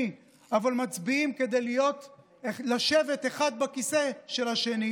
אבל מצביעים כדי לשבת אחד בכיסא של השני,